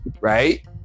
Right